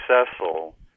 successful